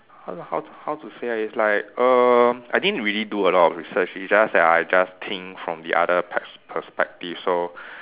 how to how to how to say ah it's like err I didn't really do a lot of research it's just that I just think from the other pes~ perspective so